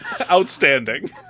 Outstanding